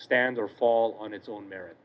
stand or fall on its own merit